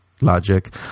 logic